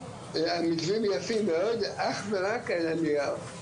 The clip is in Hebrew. המתווים יפים מאוד אך ורק בנייר,